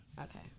okay